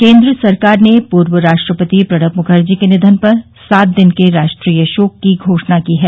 केन्द्र सरकार ने पूर्व राष्ट्रपति प्रणब मुखर्जी के निधन पर सात दिन के राष्ट्रीय शोक की घोषणा की है